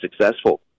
successful